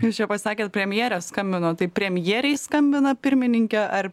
jūs čia pasakėt premjerė skambino tai premjerei skambina pirmininke ar